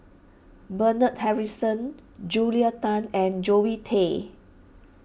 Bernard Harrison Julia Tan and Zoe Tay